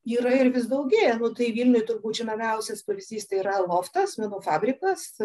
yra ir vis daugėja nu tai vilniuj turbūt žinomiausias pavyzdys yra loftas menų fabrikas